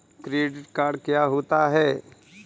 Credit card क्या होता है?